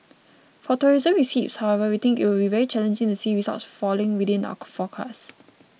for tourism receipts however we think it would be very challenging to see results falling within our forecast